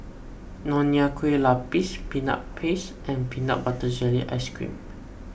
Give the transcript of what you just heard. Nonya Kueh Lapis Peanut Paste and Peanut Butter Jelly Ice Cream